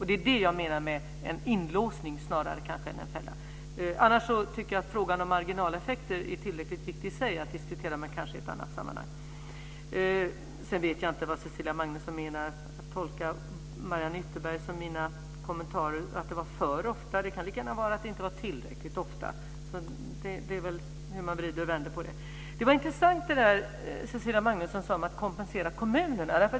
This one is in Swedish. Det är det jag menar, en inlåsning snarare än en fälla. Annars tycker jag att frågan om marginaleffekter i sig är tillräckligt viktig att diskutera, men kanske i ett annat sammanhang. Jag vet inte vad Cecilia Magnusson menar med att tolka Mariann Ytterbergs och mina kommentarer som att det är familjepolitisk debatt för ofta. Det kan lika gärna vara att det inte var tillräckligt ofta. Det beror lite på hur man vrider och vänder på det. Det var intressant det Cecilia Magnusson sade om att kompensera kommunerna.